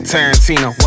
Tarantino